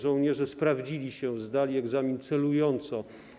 Żołnierze sprawdzili się, zdali egzamin celująco.